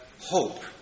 hope